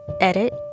edit